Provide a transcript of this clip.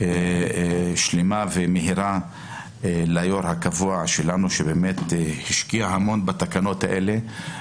שלמה ומהירה ליושב ראש הוועדה הקבוע שהשקיע המון בתקנות האלה,